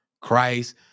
Christ